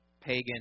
pagan